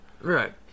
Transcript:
Right